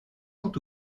sont